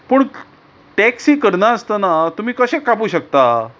पूण टॅक्सी करनासतना तुमी कशे कापूंक शकता